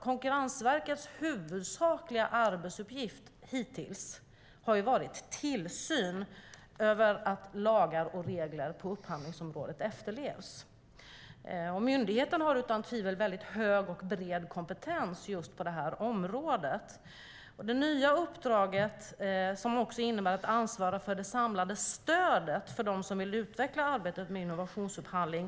Konkurrensverkets huvudsakliga arbetsuppgift hittills har varit tillsyn över att lagar och regler på upphandlingsområdet efterlevs. Myndigheten har utan tvivel en hög och bred kompetens på detta område. Det nya uppdraget innebär att ansvara för det samlade stödet till dem som vill utveckla arbetet med innovationsupphandling.